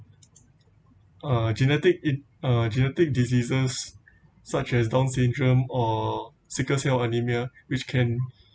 uh genetic in~ uh genetic diseases such as down syndrome or sickle cell anemia which can